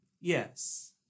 Yes